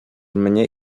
mnie